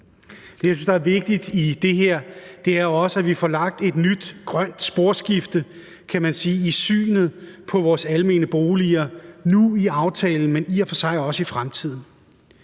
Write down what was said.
Det, jeg synes er vigtigt i det her, er, at vi også får lagt et nyt grønt sporskifte i synet, kan man sige, på vores almene boliger nu i aftalen, men i og for sig også i fremtiden.